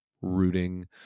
rooting